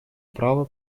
права